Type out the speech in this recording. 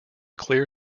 clear